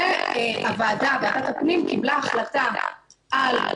והוועדה, ועדת הפנים, קיבלה החלטה על